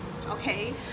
okay